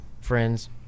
friends